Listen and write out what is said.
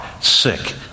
sick